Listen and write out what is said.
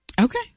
Okay